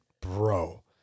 bro